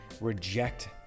reject